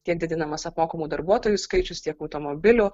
tiek didinamas apmokamų darbuotojų skaičius tiek automobilių